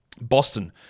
Boston